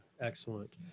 excellent